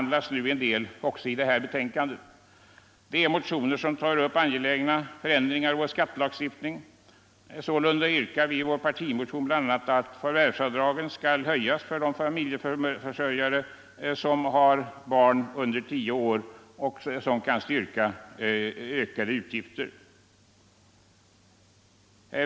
Det är motioner i vilka vi tar upp angelägna förändringar i skattelagstiftningen. I vår partimotion yrkar vi bl.a. att förvärvsavdraget skall höjas för de familjeförsörjare som har barn under tio år och som kan styrka ökade utgifter.